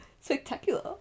Spectacular